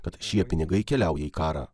kad šie pinigai keliauja į karą